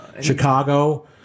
Chicago